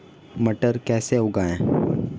मटर कैसे उगाएं?